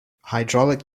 hydraulic